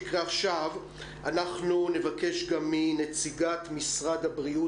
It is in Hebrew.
עכשיו נבקש גם מנציגת משרד הבריאות